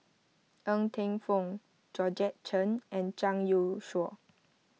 Ng Teng Fong Georgette Chen and Zhang Youshuo